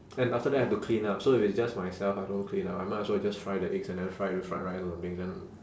and after that I have to clean up so if it's just myself I don't clean up I might as well just fry the eggs and then fry it with fried rice or something then